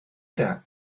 that